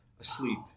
asleep